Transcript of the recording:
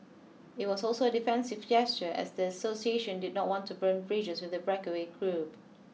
it was also a defensive gesture as the association did not want to burn bridges with the breakaway group